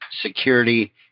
security